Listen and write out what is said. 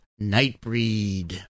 Nightbreed